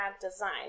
Design